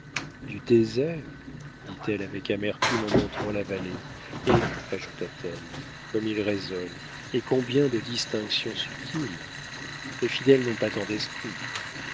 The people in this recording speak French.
du désert dit-elle avec amertume en montrant la vallée et ajouta-t-elle comme il raisonne et combien de distinctions subtiles les fidèles n'ont pas tant d'esprit